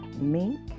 mink